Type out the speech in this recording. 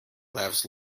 laughs